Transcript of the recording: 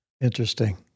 Interesting